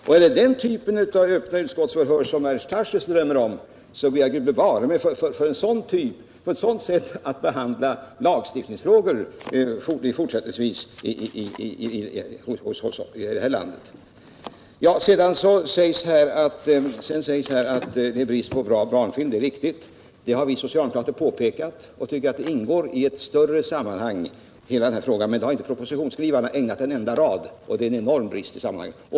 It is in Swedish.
Om det är den typen av utskottsförhör som herr Tarschys drömmer om, ber jag: gud bevare mig för det sättet att behandla lagstiftningsfrågor. Sedan säger man att det är brist på bra barnfilm. Det är riktigt. Det har vi socialdemokrater påpekat. Vi anser att denna fråga ingår i ett större sammanhang, men den saken har propositionsskrivarna inte ägnat en enda rad. Det är en enorm brist i sammanhanget.